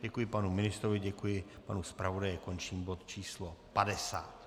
Děkuji panu ministrovi, děkuji panu zpravodaji a končím bod číslo 50.